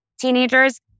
teenagers